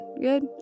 Good